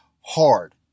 hard